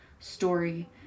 Story